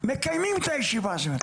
מקיימים את הישיבה הזאת.